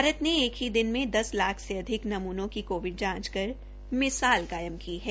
भारत ने एक ही दिन में दस लाख से अधिक नमूनों की कोविड जांच कर मिसाल कायम की है